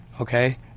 Okay